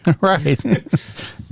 Right